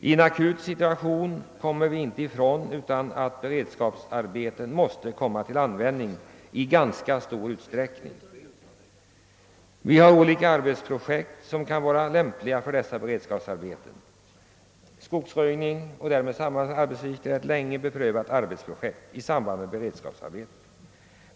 I en akut situation kan vi inte komma ifrån att använda beredskapsarbeten i ganska stor utsträckning. Det finns olika arbetsprojekt som kan vara lämpliga för beredskapsarbeten. Skogsröjning och därmed sammanfallande arbetsuppgifter är ett länge beprövat projekt när det gäller beredskapsarbeten.